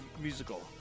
musical